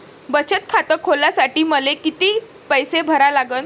बचत खात खोलासाठी मले किती पैसे भरा लागन?